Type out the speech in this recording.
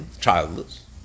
childless